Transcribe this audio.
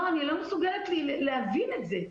אני לא מסוגלת להבין את זה.